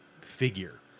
figure